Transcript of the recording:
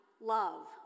love